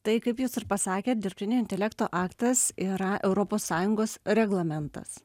tai kaip jūs ir pasakėt dirbtinio intelekto aktas yra europos sąjungos reglamentas